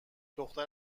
دختر